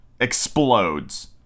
explodes